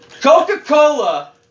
Coca-Cola